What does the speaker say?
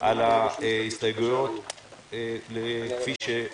על ההסתייגויות כפי שהוצגו.